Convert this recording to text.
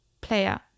player